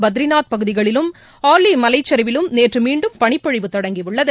பத்ரிநாத் பகுதிகளிலும் ஆளி மலைச்சிவிலும் நேற்று மீண்டும பனிப்பொழிவு தொடங்கியுள்ளது